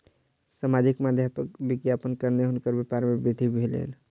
सामाजिक माध्यमक विज्ञापन के कारणेँ हुनकर व्यापार में वृद्धि भेलैन